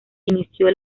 inició